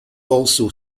also